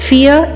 Fear